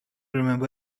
remember